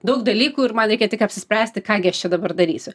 daug dalykų ir man reikia tik apsispręsti ką gi aš čia dabar darysiu